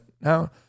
now